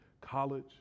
college